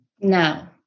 No